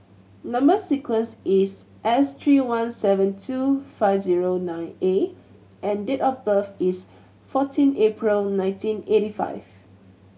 number sequence is S three one seven two five zero nine A and date of birth is fourteen April nineteen eighty five